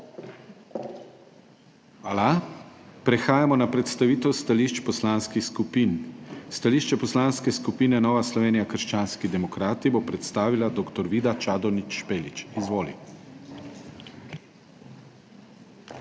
Prehajamo na predstavitev stališč poslanskih skupin. Stališče Poslanske skupine Nova Slovenija Krščanski demokrati bo predstavila dr. Vida Čadonič Špelič. Izvoli. **DR.